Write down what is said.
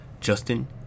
Justin